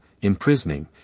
imprisoning